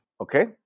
okay